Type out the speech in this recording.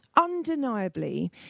undeniably